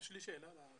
סגן השר לבטחון